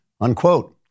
Unquote